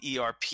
ERP